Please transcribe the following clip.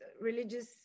religious